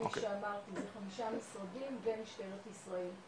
כפי שאמרתי זה חמישה משרדים ומשטרת ישראל,